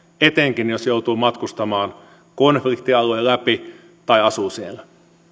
etenkin jos joutuu matkustamaan konfliktialueen läpi tai asuu siellä